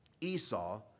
Esau